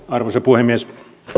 arvoisa puhemies